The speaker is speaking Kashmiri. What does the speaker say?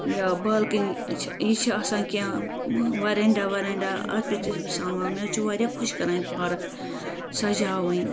یا بالکٔنی چھِ یہِ چھِ آسان کیٚنٛہہ وَرَنڑا وَرَنڑا اَتھ پٮ۪ٹھ تہِ چھس بہٕ سامان مےٚ حظ چھُ واریاہ خۄش کَران یہِ پارک سَجاوٕنۍ